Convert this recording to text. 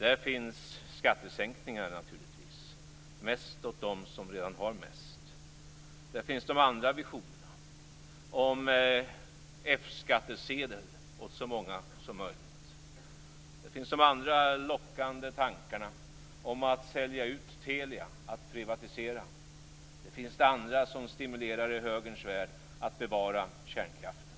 Där finns naturligtvis skattesänkningar, mest åt dem som redan har mest. Där finns visionerna om F skattesedel åt så många som möjligt. Där finns de lockande tankarna om att sälja ut Telia och privatisera. Där finns det som stimulerar i Högerns värld, nämligen att bevara kärnkraften.